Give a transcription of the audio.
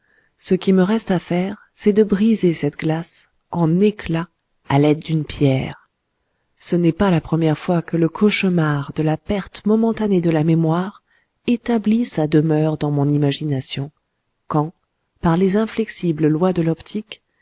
ce qui me reste à faire c'est de briser cette glace en éclats à l'aide d'une pierre ce n'est pas la première fois que le cauchemar de la perte momentanée de la mémoire établit sa demeure dans mon imagination quand par les inflexibles lois de l'optique